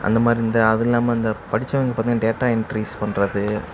அந்த மாதிரி இந்த அதில்லாமல் இந்த படித்தவங்க பார்த்தீங்கனா டேட்டா என்ட்ரீஸ் பண்ணுறது